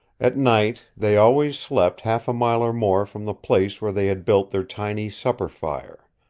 at night they always slept half a mile or more from the place where they had built their tiny supper-fire.